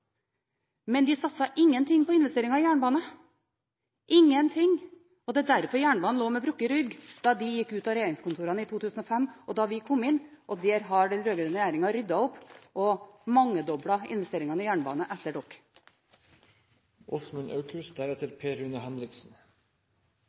men de satset ingenting på investeringer i jernbane – ingenting – og det var derfor jernbanen lå med brukket rygg da de gikk ut av regjeringskontorene i 2005, og vi kom inn. Der har den rød-grønne regjeringen ryddet opp og mangedoblet investeringene i jernbane.